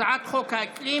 הצעת חוק האקלים,